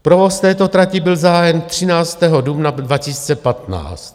Provoz této trati byl zahájen 13. dubna 2015.